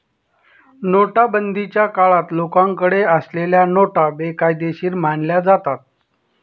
नोटाबंदीच्या काळात लोकांकडे असलेल्या नोटा बेकायदेशीर मानल्या जातात